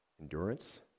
Endurance